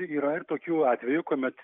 yra ir tokių atvejų kuomet